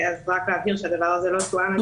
רק להבהיר שהדבר הזה לא תואם.